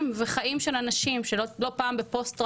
וחיים של אנשים שנמצאים לא פעם בפוסט טראומה,